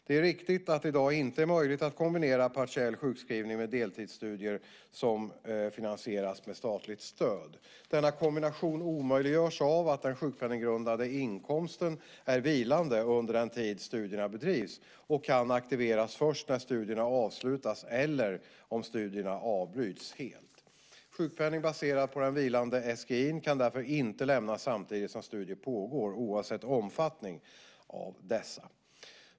Det är riktigt att det i dag inte är möjligt att kombinera partiell sjukskrivning med deltidsstudier som finansieras med statligt stöd. Denna kombination omöjliggörs av att den sjukpenninggrundande inkomsten, SGI:n, är vilande under den tid studierna bedrivs och kan aktiveras först när studierna avslutas eller om studierna avbryts helt. Sjukpenning baserad på den vilande SGI:n kan därför inte lämnas samtidigt som studier pågår, oavsett omfattning av dessa.